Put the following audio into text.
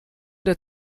der